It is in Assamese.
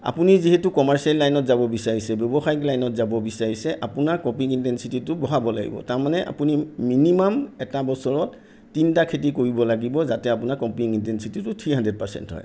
আপুনি যিহেতু কমাৰ্চিয়েল লাইনত যাব বিচাৰিছে ব্যৱসায়ীক লাইনত যাব বিচাৰিছে তেতিয়াহ'লে আপোনাৰ কপিং ইনটেনছিটিটো বঢ়াব লাগিব তাৰমানে আপুনি মিনিমাম এটা বছৰত তিনিটা খেতি কৰিব লাগিব যাতে আপোনাৰ কপিং ইনটেনছিটিটো থ্ৰী হানড্ৰেড পাৰ্চেণ্ট হয়